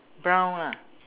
brown lah